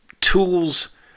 tools